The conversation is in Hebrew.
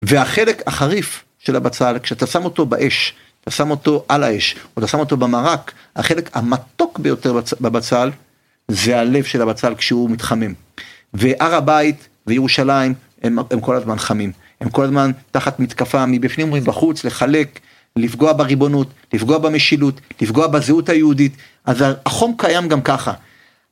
והחלק החריף של הבצל, כשאתה שם אותו באש, אתה שם אותו על האש, או אתה שם אותו במרק, החלק המתוק ביותר בבצל, זה הלב של הבצל כשהוא מתחמם. והר הבית וירושלים הם כל הזמן חמים, הם כל הזמן תחת מתקפה מבפנים ומבחוץ, לחלק, לפגוע בריבונות, לפגוע במשילות, לפגוע בזהות היהודית, אז החום קיים גם ככה.